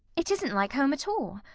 it isn't like home at all.